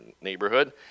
neighborhood